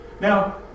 Now